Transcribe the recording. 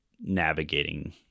navigating